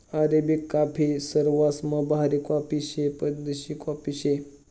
Arabic coffee सरवासमा भारी coffee शे, परशिद्ध कॉफी शे